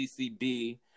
ccb